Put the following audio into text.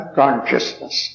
consciousness